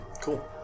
Cool